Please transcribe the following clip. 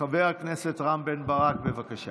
חבר הכנסת רם בן ברק, בבקשה.